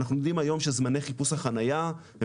אנחנו יודעים היום שזמני חיפוש החניה הם